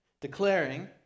declaring